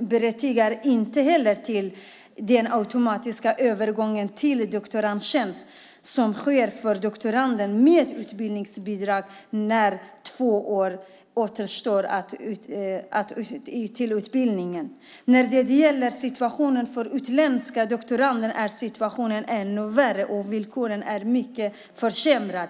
berättigar inte heller till den automatiska övergång till doktorandtjänst som sker för doktorander med utbildningsbidrag när två år återstår av utbildningen. När det gäller situationen för utländska doktorander är den ännu värre och villkoren mycket sämre.